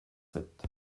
sept